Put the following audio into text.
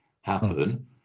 happen